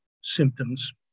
symptoms